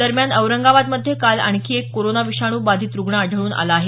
दरम्यान औरंगाबादमध्ये काल आणखी एक कोरोना विषाणू बाधित रूग्ण आढळून आला आहे